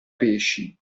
pesci